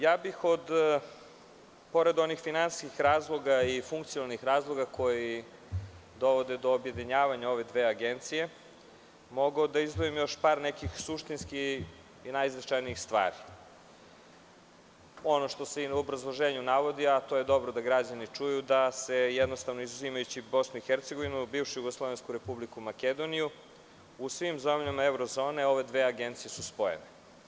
Ja bih pored onih finansijskih razloga i funkcionalnih razloga koji dovode do objedinjavanja ove dve agencije, mogao da izdvojim još par nekih suštinskih i najznačajnijih stvari, ono što se i u obrazloženju navodi, a to je da je dobro da građani čuju da se jednostavno, izuzimajući BiH, Makedoniju, u svim zemljama evro zone, ove dve agencije su spojene.